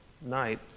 night